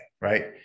right